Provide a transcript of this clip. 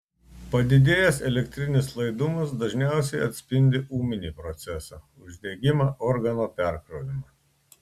padidėjęs elektrinis laidumas dažniausiai atspindi ūminį procesą uždegimą organo perkrovimą